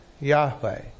Yahweh